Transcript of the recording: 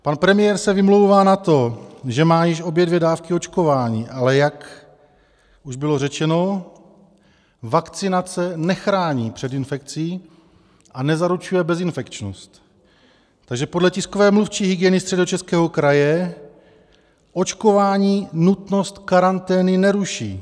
Pan premiér se vymlouvá na to, že má již obě dvě dávky očkování, ale jak už bylo řečeno, vakcinace nechrání před infekcí a nezaručuje bezinfekčnost, takže podle tiskové mluvčí hygieny Středočeského kraje očkování nutnost karantény neruší.